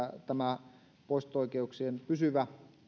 tämä poisto oikeuksien pysyvä